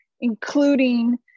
including